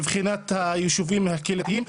מבחינת היישובים הקהילתיים.